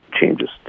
changes